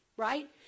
Right